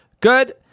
good